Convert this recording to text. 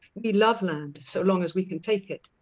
we love land so long as we can take it.